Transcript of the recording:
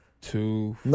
Two